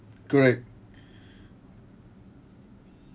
correct